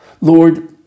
lord